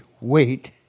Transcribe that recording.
wait